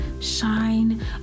shine